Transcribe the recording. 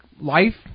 life